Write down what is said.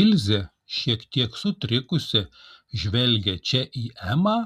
ilzė šiek tiek sutrikusi žvelgė čia į emą